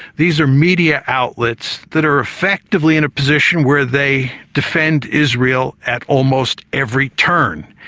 these are media outlets that are effectively in a position where they defend israel at almost every turn.